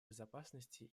безопасности